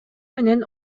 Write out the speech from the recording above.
менен